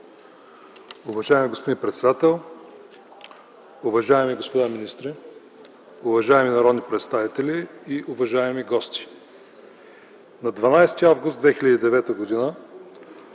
Уважаеми господин председател, уважаеми господа министри, уважаеми народни представители и уважаеми гости! На 12 август 2009 г.